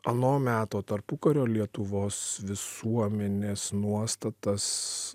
ano meto tarpukario lietuvos visuomenės nuostatas